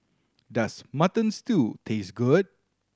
does Mutton Stew taste good